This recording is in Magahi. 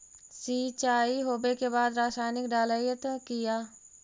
सीचाई हो बे के बाद रसायनिक डालयत किया?